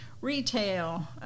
retail